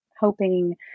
Hoping